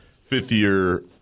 fifth-year